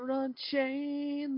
unchain